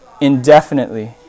indefinitely